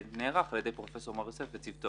נערך על ידי פרופסור מור יוסף וצוותו.